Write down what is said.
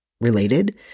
related